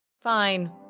Fine